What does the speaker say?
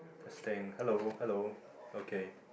testing hello hello okay